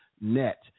net